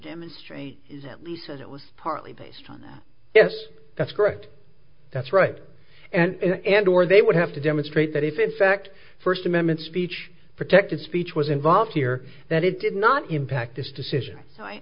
demonstrate is at least as it was partly based on that yes that's correct that's right and or they would have to demonstrate that if in fact first amendment speech protected speech was involved here that it did not impact this decision